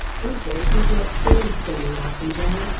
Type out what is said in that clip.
he says he's not scared of spending life in jail,